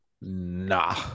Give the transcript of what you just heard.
nah